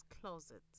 closet